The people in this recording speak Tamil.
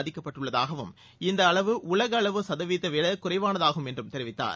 பாதிக்கப்பட்டுள்ளதாகவும் இந்த அளவு உலகளவு சதவீதத்ததை விட குறைவானதாகும் என்றும் தெரிவித்தார்